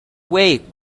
wait